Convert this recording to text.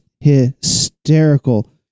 hysterical